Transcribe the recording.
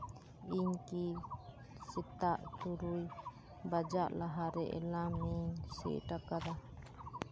ᱤᱧ ᱠᱤ ᱥᱮᱛᱟᱜ ᱛᱩᱨᱩᱭ ᱵᱟᱡᱟᱜ ᱞᱟᱦᱟᱨᱮ ᱮᱞᱟᱨᱢ ᱤᱧ ᱥᱮᱴ ᱟᱠᱟᱫᱟ